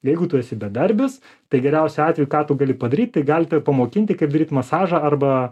jeigu tu esi bedarbis tai geriausiu atveju ką tu gali padaryt tai gali tave pamokinti kaip daryt masažą arba